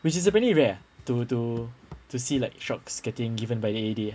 which is uh pretty rare ah to to to see like shocks getting given by the A_E_D ah